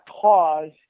cause